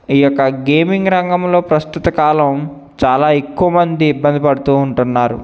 ఈ యొక్క గేమింగ్ రంగంలో ప్రస్తుత కాలం చాలా ఎక్కువ మంది ఇబ్బంది పడుతూ ఉంటున్నారు